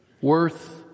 worth